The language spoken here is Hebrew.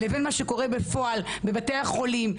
לבין מה שקורה בפועל בבתי החולים,